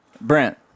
Brent